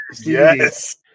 Yes